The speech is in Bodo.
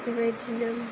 बेबायदिनो